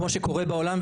כמו שקורה בעולם,